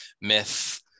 myth